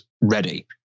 ready